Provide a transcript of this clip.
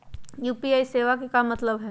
UPI सेवा के का मतलब है?